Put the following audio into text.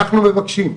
אנחנו מבקשים,